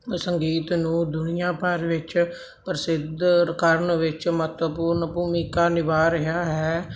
ਸੰਗੀਤ ਨੂੰ ਦੁਨੀਆਂ ਭਰ ਵਿੱਚ ਪ੍ਰਸਿੱਧ ਕਰਨ ਵਿੱਚ ਮਹੱਤਵਪੂਰਨ ਭੂਮਿਕਾ ਨਿਭਾ ਰਿਹਾ ਹੈ